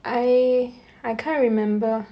I I can't remember